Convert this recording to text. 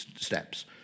steps